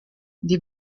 des